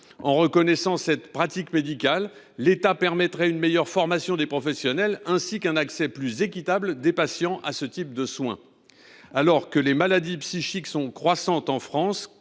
En reconnaissant cette pratique médicale, l’État favoriserait une meilleure formation des professionnels ainsi qu’un accès plus équitable des patients à ce type de soin. Alors que le nombre des maladies psychiques croît en France,